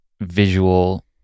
visual